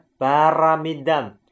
Paramidam